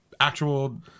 actual